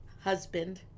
husband